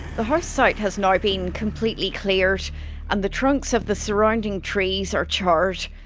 the house site has now been completely cleared and the trunks of the surrounding trees are charred.